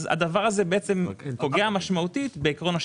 הדבר פוגע משמעותית בעיקרון השקיפות.